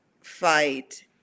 fight